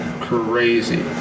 crazy